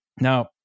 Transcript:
Now